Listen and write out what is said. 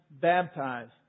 baptized